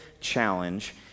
challenge